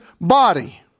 body